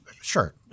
sure